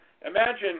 imagine